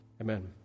Amen